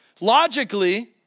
Logically